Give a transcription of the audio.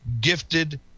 gifted